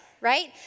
Right